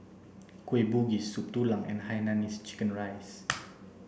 kueh bugis soup tulang and hainanese chicken rice